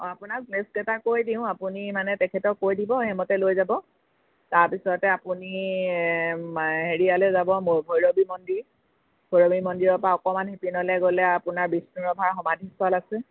অ' আপোনাক প্লে'চকেইটা কৈ দিওঁ আপুনি মানে তেখেতক কৈ দিব সেইমতে লৈ যাব তাৰপিছতে আপুনি হেৰিয়ালে যাব ভৈৰৱী মন্দিৰ ভৈৰৱী মন্দিৰৰ পৰা অকণমান সেইপিনলৈ গ'লে আপোনাৰ বিষ্ণুৰাভাৰ সমাধিস্থল আছে